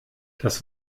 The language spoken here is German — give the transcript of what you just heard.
das